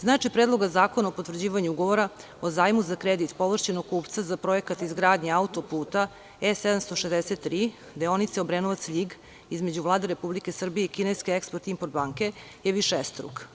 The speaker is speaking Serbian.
Značaj Predloga zakona o potvrđivanju ugovora o zajmu za kredit ovlašćenog kupca za projekat izgradnje autoputa E 763 deonica Obrenovac – Ljig, između Vlade Republike Srbije i Kineske „Eksport import banke“ je višestruk.